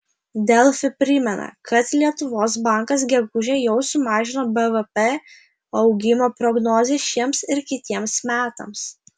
delfi primena kad lietuvos bankas gegužę jau sumažino bvp augimo prognozę šiems ir kitiems metams